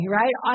right